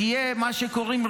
תהיה מה שקוראים,